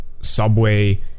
Subway